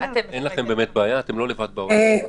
אין לכם באמת בעיה, אתם לא לבד בעולם.